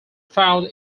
found